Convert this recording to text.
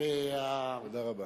תודה רבה.